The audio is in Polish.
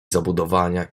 zabudowania